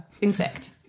Insect